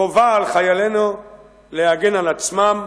חובה על חיילינו להגן על עצמם,